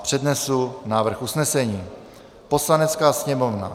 Přednesu návrh usnesení: Poslanecká sněmovna